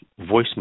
voicemail